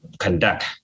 conduct